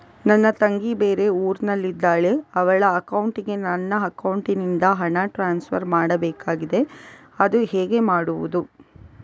ನನ್ನ ತಂಗಿ ಬೇರೆ ಊರಿನಲ್ಲಿದಾಳೆ, ಅವಳ ಅಕೌಂಟಿಗೆ ನನ್ನ ಅಕೌಂಟಿನಿಂದ ಹಣ ಟ್ರಾನ್ಸ್ಫರ್ ಮಾಡ್ಬೇಕಾಗಿದೆ, ಅದು ಹೇಗೆ ಮಾಡುವುದು?